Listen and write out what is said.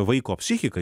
vaiko psichiką